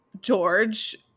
George